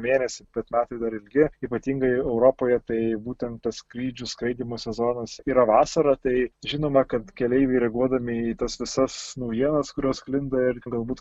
mėnesį bet metai dar ilgi ypatingai europoje tai būtent tas skrydžių skraidymo sezonas yra vasara tai žinoma kad keleiviai reaguodami į tas visas naujienas kurios sklinda ir galbūt